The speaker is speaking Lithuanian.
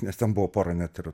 nes ten buvo pora net ir